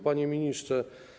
Panie Ministrze!